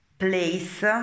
place